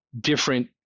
different